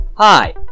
Hi